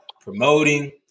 promoting